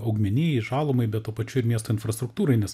augmenijai žalumai bet tuo pačiu ir miesto infrastruktūrai nes